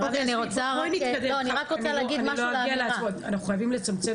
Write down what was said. אנחנו חייבים להתקדם.